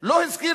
לא הזכיר,